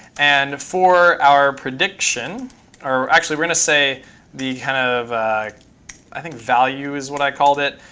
and for our prediction or actually, we're going to say the kind of i think value is what i called it,